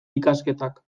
ikasketak